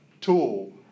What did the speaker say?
tool